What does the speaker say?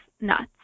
nuts